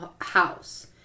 house